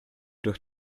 durch